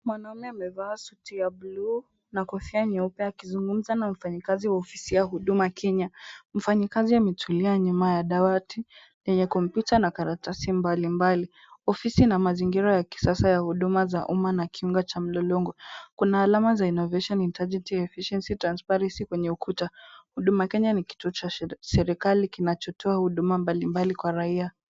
Mwanaume amevaa suti ya bluu na kofia nyeupe akizungumza na mfanyikazi wa ofisi ya Huduma Kenya. Mfanyikazi ametulia nyuma ya dawati, lenye kompyuta na karatasi mbali mbali. Ofisi na mazingira ya kisasa ya huduma za umma na kiunga cha mlolongo. Kuna alama za innovation, integrity, efficiency, transparency kwenye ukuta. Huduma Kenya ni kitu cha serikali, kinachotoa huduma mbali mbali kwa raia.